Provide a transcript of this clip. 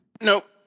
nope